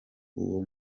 uwo